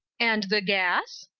and the gas?